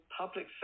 public